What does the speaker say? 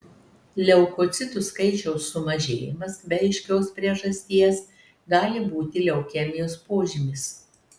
leukocitų skaičiaus sumažėjimas be aiškios priežasties gali būti leukemijos požymis